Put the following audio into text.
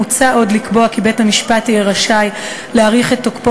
מוצע עוד לקבוע כי בית-המשפט יהיה רשאי להאריך את תוקפו